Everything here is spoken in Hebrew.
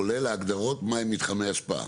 כולל ההגדרות מהם מתחמי ההשפעה.